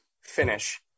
finish